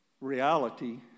reality